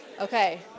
Okay